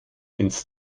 ins